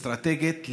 אסטרטגית,